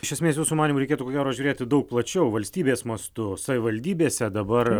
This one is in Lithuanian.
iš esmės jūsų manymu reikėtų ko gero žiūrėti daug plačiau valstybės mastu savivaldybėse dabar